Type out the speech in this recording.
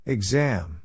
Exam